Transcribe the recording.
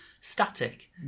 static